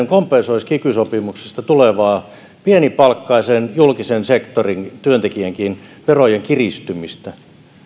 kompensoisi kiky sopimuksesta tulevaa pienipalkkaisen julkisen sektorin työntekijän verojen kiristymistä